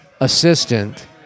assistant